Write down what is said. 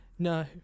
No